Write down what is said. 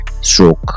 stroke